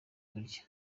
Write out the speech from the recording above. kurya